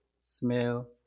smell